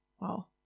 wow